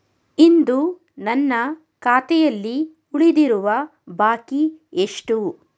ಇಂದು ನನ್ನ ಖಾತೆಯಲ್ಲಿ ಉಳಿದಿರುವ ಬಾಕಿ ಎಷ್ಟು?